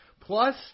plus